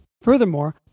Furthermore